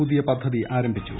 പുതിയ പദ്ധതി ആരംഭിച്ചു